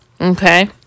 Okay